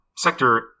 Sector